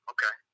Okay